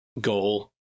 goal